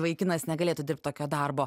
vaikinas negalėtų dirbt tokio darbo